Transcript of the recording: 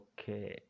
Okay